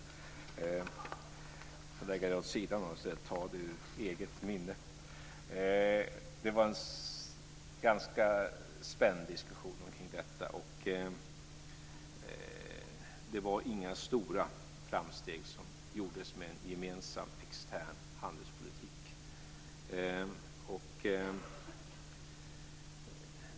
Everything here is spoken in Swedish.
Jag får lägga den åt sidan och använda mitt eget minne. Det var en ganska spänd diskussion kring handelspolitiken. Det var inga stora framsteg som gjordes med en gemensam extern handelspolitik.